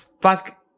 fuck